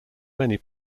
many